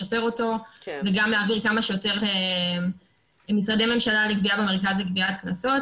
לשפר אותו וגם להעביר כמה שיותר משרדי ממשלה לגבייה במרכז לגביית קנסות.